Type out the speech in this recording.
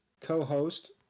co-host